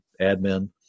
admin